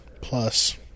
Plus